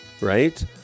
right